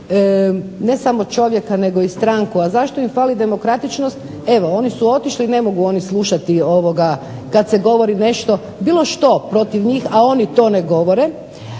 ne samo čovjeka nego i stranku. A zašto im fali demokratičnost? Evo oni su otišli ne mogu oni slušati kada se govori nešto bilo što protiv njih, a oni to ne govore.